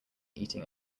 eating